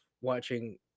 watching